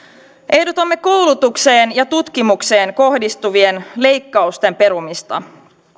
ehdotamme koulutukseen ja tutkimukseen kohdistuvien leikkausten perumista